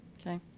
Okay